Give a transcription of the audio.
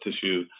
tissue